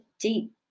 deep